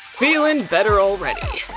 feeling better already.